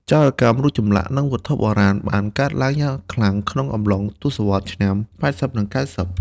ចោរកម្មរូបចម្លាក់ និងវត្ថុបុរាណបានកើតឡើងយ៉ាងខ្លាំងក្នុងកំឡុងទសវត្សរ៍ឆ្នាំ ៨០ និង ៩០។